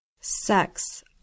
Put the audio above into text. Sex